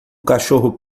cachorro